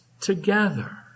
together